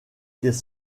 des